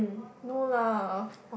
no lah